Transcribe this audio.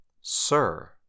sir